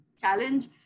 challenge